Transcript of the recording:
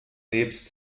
nebst